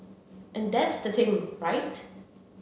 and that's the thing right